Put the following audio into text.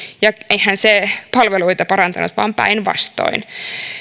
ja eihän se palveluita parantanut vaan päinvastoin